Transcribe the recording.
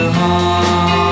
home